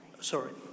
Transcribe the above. sorry